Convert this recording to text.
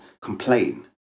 complain